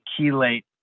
chelate